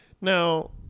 Now